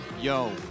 yo